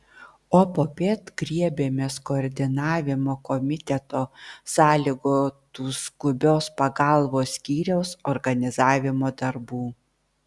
o popiet griebėmės koordinavimo komiteto sąlygotų skubios pagalbos skyriaus organizavimo darbų